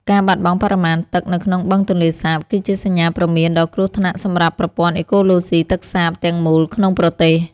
ការបាត់បង់បរិមាណទឹកនៅក្នុងបឹងទន្លេសាបគឺជាសញ្ញាព្រមានដ៏គ្រោះថ្នាក់សម្រាប់ប្រព័ន្ធអេកូឡូស៊ីទឹកសាបទាំងមូលក្នុងប្រទេស។